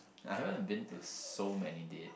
I haven't been to so many date